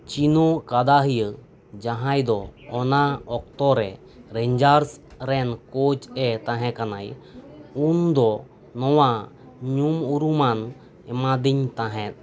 ᱪᱤᱱᱳ ᱠᱟᱫᱟᱦᱤᱭᱟᱹ ᱡᱟᱦᱟᱸᱭ ᱫᱚ ᱚᱱᱟ ᱚᱠᱛᱚ ᱨᱮ ᱨᱮᱧᱡᱟᱨᱥ ᱨᱮᱱ ᱠᱳᱪ ᱮ ᱛᱟᱦᱮᱸᱠᱟᱱᱟᱭ ᱩᱱ ᱫᱚ ᱱᱚᱣᱟ ᱧᱩᱢ ᱩᱨᱩᱢᱟᱱ ᱮᱢᱟᱫᱤᱧ ᱛᱟᱦᱮᱸᱫ